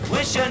Wish